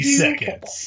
seconds